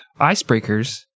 icebreakers